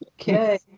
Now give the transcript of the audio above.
Okay